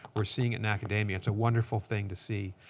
we're seeing it in academia. it's a wonderful thing to see.